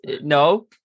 No